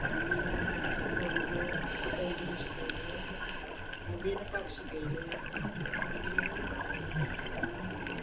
आनी फोंज्यो पेंटींग शिकयल्यो विणपाक शिकयले मागीर